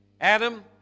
Adam